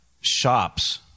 Shops